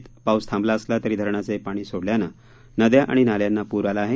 गडचिरोलीत पाऊस थांबला असला तरी धरणाचे पाणी सोडल्यानं नद्या आणि नाल्यांना पूर आला आहे